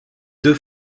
deux